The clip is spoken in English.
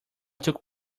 took